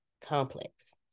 complex